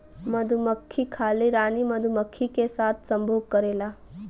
मधुमक्खी खाली रानी मधुमक्खी के साथ संभोग करेला